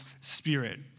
Spirit